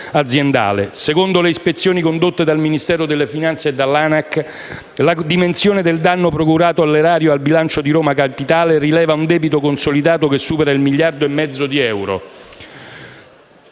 Secondo le ispezioni condotte dal Ministero dell'economia e delle finanze e dall'ANAC la dimensione del danno procurato all'erario e al bilancio di Roma Capitale rileva un debito consolidato che supera gli 1,5 miliardi di euro.